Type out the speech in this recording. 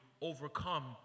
overcome